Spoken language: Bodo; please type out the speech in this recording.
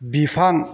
बिफां